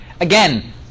Again